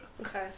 okay